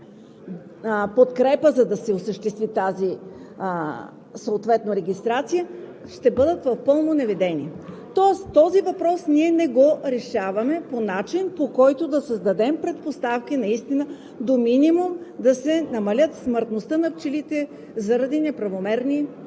подкрепа, за да се осъществи тази регистрация, ще бъдат в пълно неведение. Тоест ние не решаваме този въпрос по начин, по който да създадем предпоставки наистина до минимум да се намали смъртността на пчелите заради неправомерни пръскания.